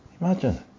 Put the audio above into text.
Imagine